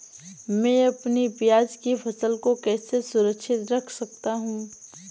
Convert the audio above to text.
मैं अपनी प्याज की फसल को कैसे सुरक्षित रख सकता हूँ?